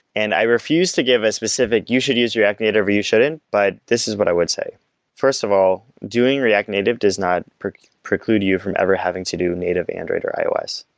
and i refuse to give a specific, you should use react native, or you shouldn't, but this is what i would say first of all, doing react native does not preclude preclude you from ever having to do native, android or ios.